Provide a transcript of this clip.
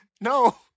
No